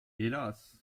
hélas